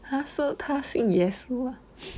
!huh! so 他信耶稣 lah